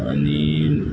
आनी